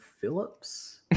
Phillips